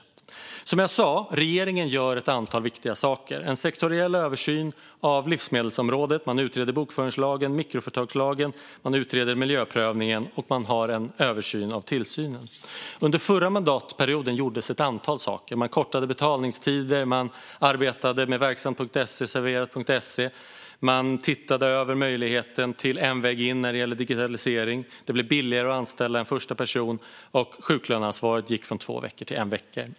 Precis som jag sa gör regeringen ett antal viktiga saker. Det sker en sektoriell översyn av livsmedelsområdet, man utreder bokföringslagen, mikroföretagslagen och miljöprövningen och det sker en översyn av tillsynen. Under förra mandatperioden gjordes ett antal saker. Man kortade betalningstider, arbetade med Verksamt.se och programmet Serverat, man tittade över möjligheten till en väg in i fråga om digitalisering, det blev billigare att anställa en första person och sjuklöneansvaret gick från två veckor till en vecka.